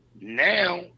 now